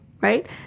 right